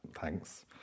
thanks